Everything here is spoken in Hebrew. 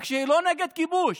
רק שהיא לא נגד כיבוש.